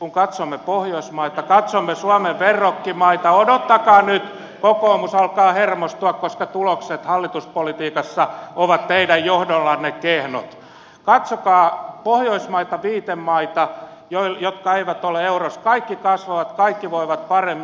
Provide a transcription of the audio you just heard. kun katsomme pohjoismaita katsomme suomen verrokkimaita odottakaa nyt kokoomus alkaa hermostua koska tulokset hallituspolitiikassa ovat teidän johdollanne kehnot katsokaa pohjoismaita viitemaita jotka eivät ole eurossa kaikki kasvavat kaikki voivat paremmin